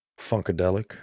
Funkadelic